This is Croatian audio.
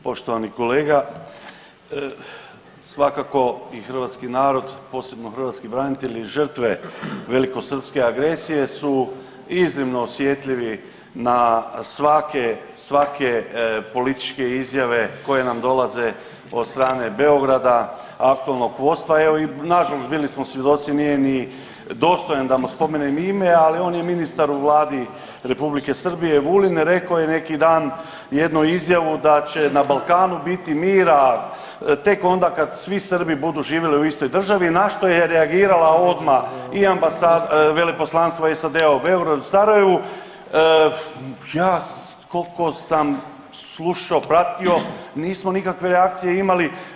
Poštovani kolega svakako i hrvatski narod posebno hrvatski branitelji i žrtve velikosrpske agresije su iznimno osjetljivi na svake, svake političke izjave koje nam dolaze od strane Beograda, aktualnog vodstva evo i nažalost bili smo svjedoci nije ni dostojan da mu spomenem ime, ali on je ministar u vladi Republike Srbije Vulin rekao je neki dan jednu izjavu da će na Balkanu biti mira tek onda kad svi Srbi budu živjeli u istoj državi na što je reagirala odmah i ambasada, Veleposlanstvo SAD-a u Beogradu, Sarajevu, ja koliko sam slušao, pratio nismo nikakve reakcije imali.